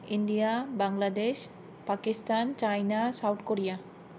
India Bangladesh Pakistan China South Korea